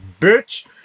bitch